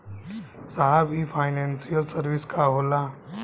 साहब इ financial service का होला?